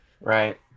Right